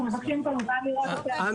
אנחנו מבקשים כמובן לראות את,